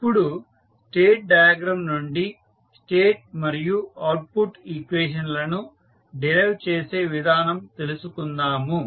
ఇప్పుడు state diagram నుండి state మరియు అవుట్పుట్ ఈక్వేషన్ లను డిరైవ్ చేసే విధానం తెలుసుకుందాము